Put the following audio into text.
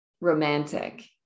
romantic